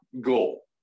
goal